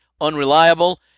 unreliable